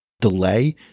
delay